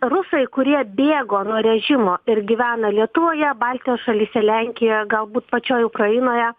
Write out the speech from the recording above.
rusai kurie bėgo nuo režimo ir gyvena lietuvoje baltijos šalyse lenkijoje galbūt pačioj ukrainoje